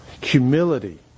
Humility